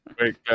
Wait